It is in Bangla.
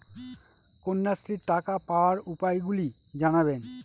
কন্যাশ্রীর টাকা পাওয়ার উপায়গুলি জানাবেন?